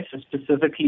specifically